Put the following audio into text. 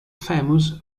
famous